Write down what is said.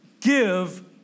give